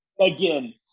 Again